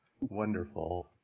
wonderful